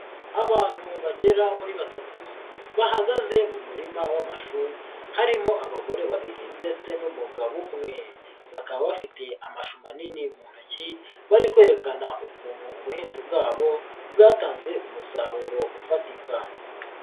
Abantu bagera kuri batatu bahagaze mu murima w'amashu, harimo abagore babiri ndetse n'umugabo umwe, bakaba bafite amashu manini mu ntoki bari kwerekana ukuntu ubuhinzi bwabo bwatanze umusaruro ufatika.